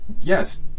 yes